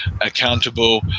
accountable